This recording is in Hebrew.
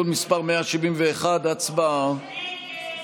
אנחנו עוברים להסתייגות 108, הצבעה.